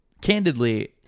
Candidly